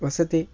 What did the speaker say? ವಸತಿ